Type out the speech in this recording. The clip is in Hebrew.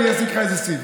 אני אשיג לך איזה סיב.